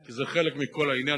כי זה חלק מכל העניין,